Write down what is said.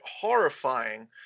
horrifying